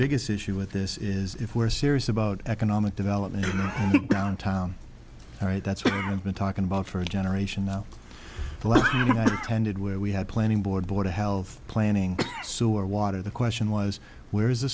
biggest issue with this is if we're serious about economic development downtown right that's what i've been talking about for a generation now tended where we had planning board board of health planning sewer water the question was where is the